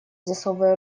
засовывая